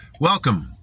Welcome